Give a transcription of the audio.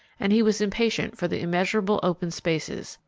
and he was impatient for the immeasurable open spaces,